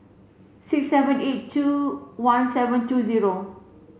six seven eight two one seven two zero